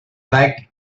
like